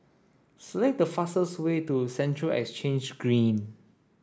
select the fastest way to Central Exchange Green